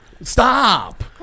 Stop